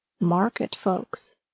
market-folks